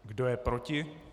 Kdo je proti?